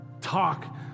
Talk